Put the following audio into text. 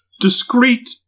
discreet